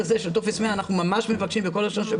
בינתיים המעסיקים לא